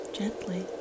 gently